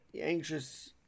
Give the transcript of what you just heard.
anxious